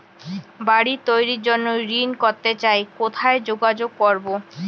বাড়ি তৈরির জন্য ঋণ করতে চাই কোথায় যোগাযোগ করবো?